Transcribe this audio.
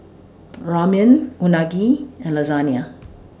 Ramen Unagi and Lasagne